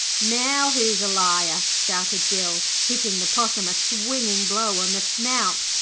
now who's a liar shouted bill, hitting the possum a swinging blow on the snout,